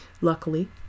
Luckily